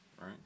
right